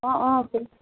অঁ অঁ